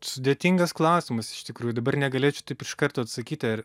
sudėtingas klausimas iš tikrųjų dabar negalėčiau taip iš karto atsakyti ar